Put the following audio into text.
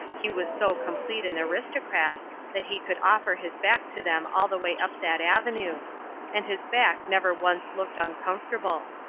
he was so complete an aristocrat that he could offer his back to them all the way up that avenue and his back never once looked uncomfortable.